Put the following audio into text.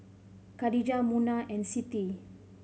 Khadija Munah and Siti